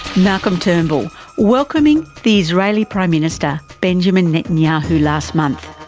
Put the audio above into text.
malcolm turnbull welcoming the israeli prime minister benjamin netanyahu last month.